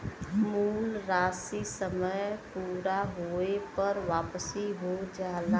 मूल राशी समय पूरा होये पर वापिस हो जाला